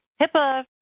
HIPAA